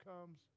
comes